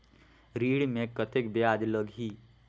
ऋण मे कतेक ब्याज लगही?